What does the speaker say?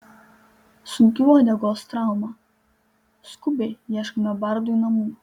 sunki uodegos trauma skubiai ieškome bardui namų